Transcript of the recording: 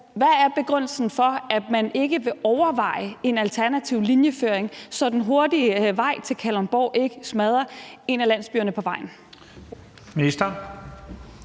hvad er begrundelsen for, at man ikke vil overveje en alternativ linjeføring, så den hurtige vej til Kalundborg ikke smadrer en af landsbyerne på vejen? Kl.